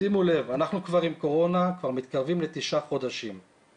שימו לב אנחנו מתקרבים כבר לתשעה חודשים עם קורונה.